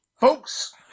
folks